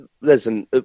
listen